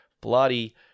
bloody